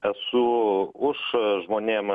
esu už žmonėm